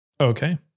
Okay